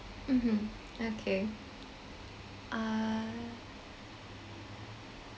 mmhmm okay uh